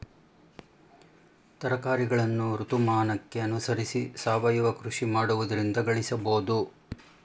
ತರಕಾರಿಗಳನ್ನು ಋತುಮಾನಕ್ಕೆ ಅನುಸರಿಸಿ ಸಾವಯವ ಕೃಷಿ ಮಾಡುವುದರಿಂದ ಗಳಿಸಬೋದು